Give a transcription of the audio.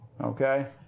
Okay